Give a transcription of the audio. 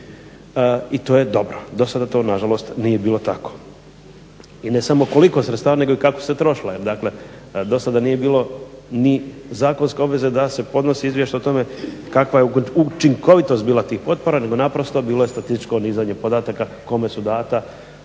i to je dobro. Do sada to nažalost nije bilo tako. I ne samo koliko sredstava nego i kako su se trošila. Dakle do sada nije bilo ni zakonska obveza da se podnosi izvještaj o tome kakva je učinkovitost bila tih potpora nego je naprosto bilo statističko nizanje podataka kome su data